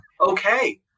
Okay